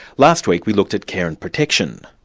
last week we looked at care and protection.